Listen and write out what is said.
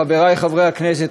חברי חברי הכנסת,